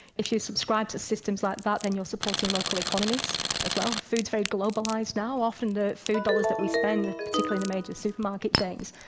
if you subscribe to systems like that then you're supporting local economies as well. food's very globalised now often the food dollars that we spend, particularly in the major supermarket chains,